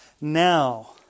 now